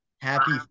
happy